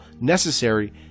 necessary